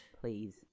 Please